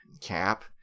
Cap